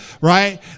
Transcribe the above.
right